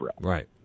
Right